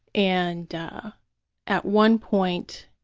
and at one point,